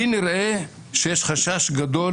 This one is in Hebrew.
לי נראה שיש חשש גדול